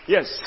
Yes